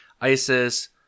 Isis